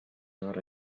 not